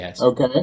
okay